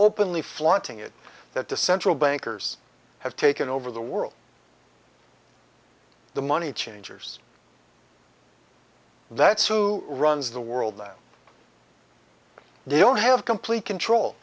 openly flaunting it that the central bankers have taken over the world the money changers that's who runs the world that they don't have complete